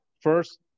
first